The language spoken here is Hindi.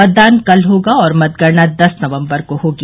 मतदान कल होगा और मतगणना दस नवम्बर को होगी